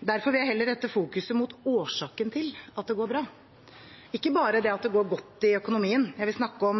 Derfor vil jeg heller rette fokuset mot årsaken til at det går bra – ikke bare at det går godt i økonomien. Jeg vil snakke om